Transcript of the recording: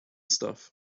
stuff